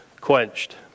quenched